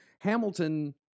hamilton